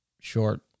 short